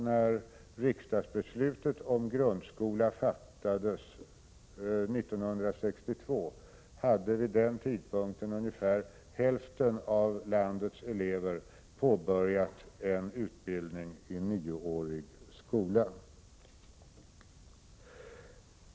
När riksdagsbeslutet om grundskolan fattades 1962, hade ungefär hälften av landets elever påbörjat en utbildning i nioårig skola.